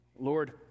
Lord